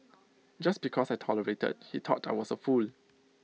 just because I tolerated he thought I was A fool